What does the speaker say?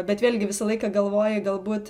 bet vėlgi visą laiką galvoji galbūt